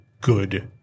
good